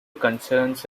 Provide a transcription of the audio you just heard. concerns